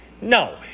No